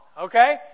okay